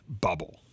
bubble